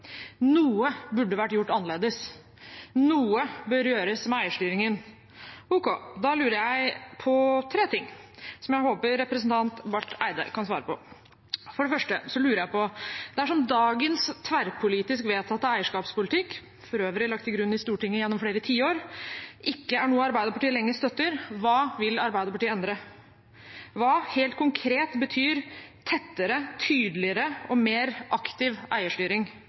Noe burde vært gjort annerledes. Noe bør gjøres med eierstyringen. Ok. Da lurer jeg på tre ting som jeg håper representanten Barth Eide kan svare på. For det første: Dersom dagens tverrpolitisk vedtatte eierskapspolitikk, for øvrig lagt til grunn i Stortinget gjennom flere tiår, ikke er noe Arbeiderpartiet lenger støtter, hva vil Arbeiderpartiet endre? Hva helt konkret betyr tettere, tydeligere og mer aktiv eierstyring?